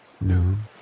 noon